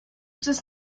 does